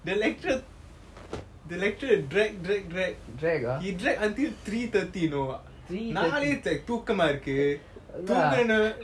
the lecture the lecturer drag drag drag drag he drag until three thirty you know னால்செய் தூக்கமா இருக்கு தூங்குற நேரத்துல:naalaey thukama iruku thungura nerathula